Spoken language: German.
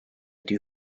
die